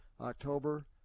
October